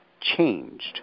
changed